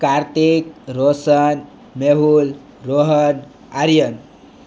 Kartik Roshan Mehul Rohan Aryan